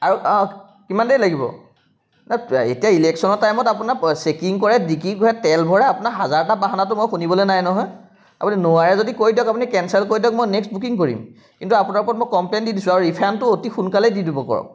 আৰু অঁ কিমান দেৰি লাগিব নহয় এতিয়া ইলেকশ্যনৰ টাইমত আপোনাৰ চেকিং কৰে ডিকি খোলে তেল ভৰাওক আপোনাৰ হাজাৰটা বাহনাটো মই শুনিবলৈ নাই নহয় আপুনি নোৱাৰে যদি কৈ দিয়ক আপুনি কেঞ্চেল কৰি দিয়ক মই নেক্সত বুকিং কৰিম কিন্তু আপোনাৰ ওপৰত মই কমপ্লেইন দি দিছোঁ আৰু ৰিফাণ্ডটো অতি সোনকালে দি দিব কওক